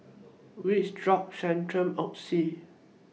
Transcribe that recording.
Vapodrops Centrum and Oxy